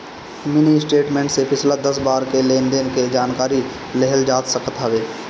mini statement से पिछला दस बार के लेनदेन के जानकारी लेहल जा सकत हवे